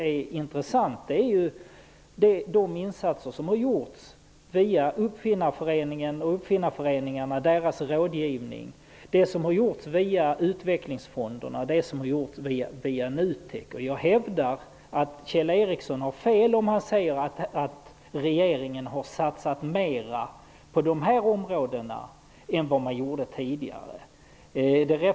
Det intressanta är i stället de insatser som har gjorts via Uppfinnareföreningen och uppfinnarföreningarna och deras rådgivning och det som har gjorts via utvecklingsfonderna och NUTEK. Jag hävdar att Kjell Ericsson har fel om han menar att regeringen har satsat mera på de här områdena än som gjordes tidigare.